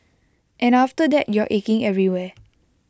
and after that you're aching everywhere